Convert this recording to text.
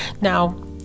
now